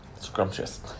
Scrumptious